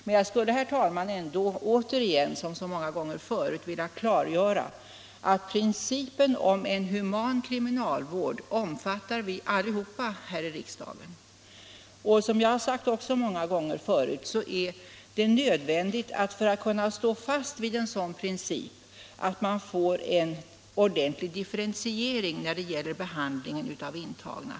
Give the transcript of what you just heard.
Men jag skulle ändå återigen — liksom så många gånger förut — vilja klargöra att vi alla här i riksdagen omfattar principen om en human kriminalvård. Och som jag också har sagt många gånger tidigare är det för att man skall kunna stå fast vid en sådan princip nödvändigt att man genomför en ordentlig differentiering när det gäller behandlingen av de intagna.